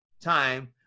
time